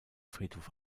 friedhof